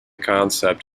concept